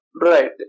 Right